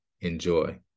Enjoy